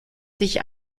sich